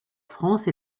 france